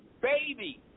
baby